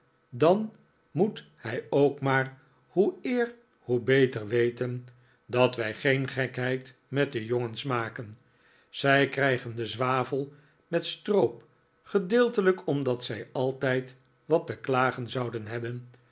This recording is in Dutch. dan moet hij ook maar hoe eer hoe beter weten dat wij geen gekheid met de jongens maken zij krijgen de zwavel met stroop gedeeltelijk omdat zij altijd wat te klagen zouden hebben